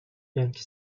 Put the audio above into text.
yankee